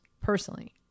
personally